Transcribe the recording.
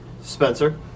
Spencer